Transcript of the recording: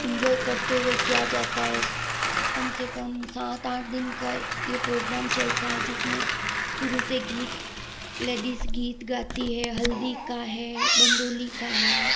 enjoy करते हुए किया जाता है कम से कम सात आठ दिन का ये प्रोग्राम चलता है जिसमें शुरू से गीत लेडीज़ गीत गाती हैं हल्दी का है बंदोली का है